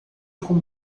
com